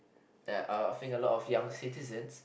that uh I think a lot of young citizens